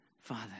Father